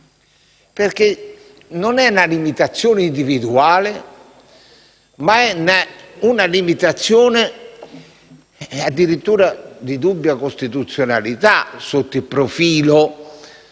una semplice limitazione individuale, ma una limitazione addirittura di dubbia costituzionalità sotto il profilo